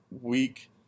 week